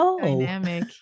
dynamic